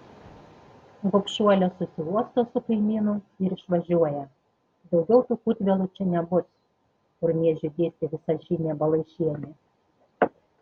gobšuolė susiuosto su kaimynu ir išvažiuoja daugiau tų kūtvėlų čia nebus urniežiui dėstė visažinė balaišienė